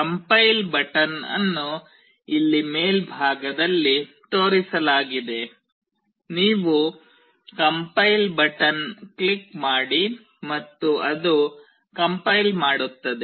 compile button ಅನ್ನು ಇಲ್ಲಿ ಮೇಲ್ಭಾಗದಲ್ಲಿ ತೋರಿಸಲಾಗಿದೆ ನೀವು ಕಂಪೈಲ್ ಬಟನ್ ಕ್ಲಿಕ್ ಮಾಡಿ ಮತ್ತು ಅದು ಕಂಪೈಲ್ ಮಾಡುತ್ತದೆ